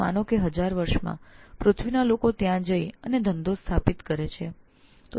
માનો કે આજ થી 1000 વર્ષમાં પૃથ્વીના લોકો ત્યાં જઈ અને વ્યવસાય સ્થાપિત કરવાની શરૂઆત કરે